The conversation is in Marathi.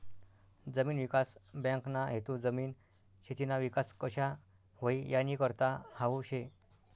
जमीन विकास बँकना हेतू जमीन, शेतीना विकास कशा व्हई यानीकरता हावू शे